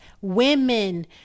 women